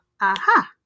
aha